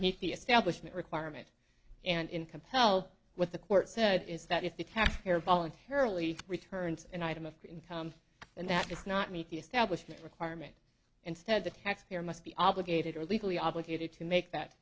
meet the establishment requirement and in compel what the court said is that if the taxpayer voluntarily returns an item of income and that does not meet the establishment requirement instead the taxpayer must be obligated or legally obligated to make that